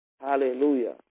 hallelujah